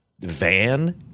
van